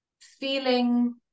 feeling